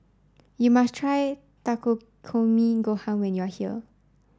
you must try Takikomi Gohan when you are here